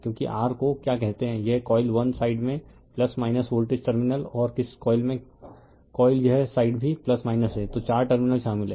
क्योंकि r को क्या कहते हैं यह कॉइल 1 साइड में वोल्टेज टर्मिनल और किस कॉइल में कॉइल यह साइड भी हैं तो चार टर्मिनल शामिल हैं